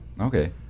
Okay